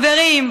חברים,